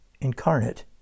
incarnate